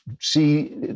see